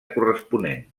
corresponent